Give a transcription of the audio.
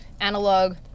analog